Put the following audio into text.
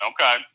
Okay